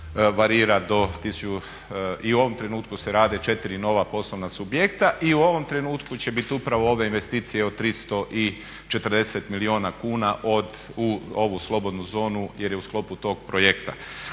varira do, i u ovom trenutku se rade 4 nova poslovna subjekta. I u ovom trenutku će biti upravo ove investicije od 340 milijuna kuna u ovu slobodnu zonu jer je u sklopu tog projekta.